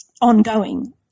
ongoing